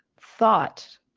thought